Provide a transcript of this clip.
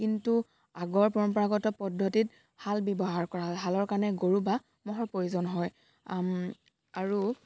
কিন্তু আগৰ পৰম্পৰাগত পদ্ধতিত হাল ব্যৱহাৰ কৰা হয় হালৰ কাৰণে গৰু বা ম'হৰ প্ৰয়োজন হয় আৰু